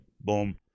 boom